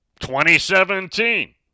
2017